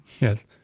Yes